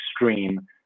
extreme